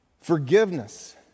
Forgiveness